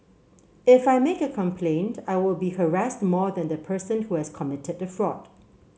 if I make a complaint I will be harassed more than the person who has committed the fraud